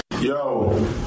Yo